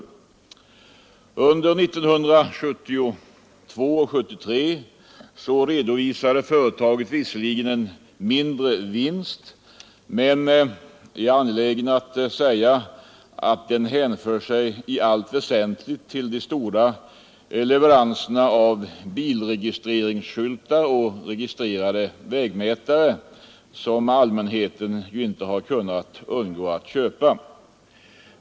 Under 1972 och 1973 redovisade företaget visserligen en mindre vinst, men jag är angelägen att peka på att den i allt väsentligt hänför sig till de stora leveranserna av bilregistreringsskyltar och registrerande vägmätare, som allmänheten ju inte har kunnat undgå att köpa.